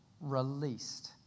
released